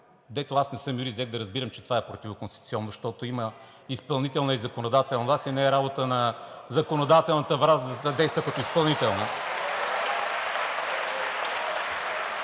дето аз не съм юрист, взех да разбирам, че това е противоконституционно, защото има изпълнителна и законодателна власт и не е работа на законодателната власт да съдейства като изпълнителна.